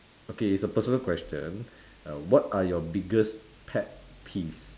okay it's a personal question what are your biggest pet peeves